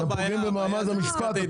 אתם פוגעים במעמד המשפט.